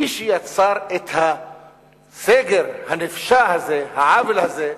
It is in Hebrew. מי שיצר את הסגר הנפשע הזה, העוול הזה,